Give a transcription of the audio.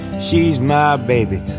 she's my baby,